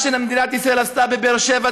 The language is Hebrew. מה שמדינת ישראל עשתה בבאר שבע,